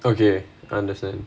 okay understand